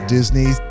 Disney